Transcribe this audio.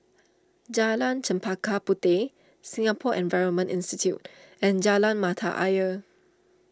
Jalan Chempaka Puteh Singapore Environment Institute and Jalan Mata Ayer